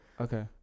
Okay